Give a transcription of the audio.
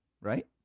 Right